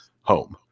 home